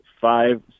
five